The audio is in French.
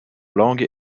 langues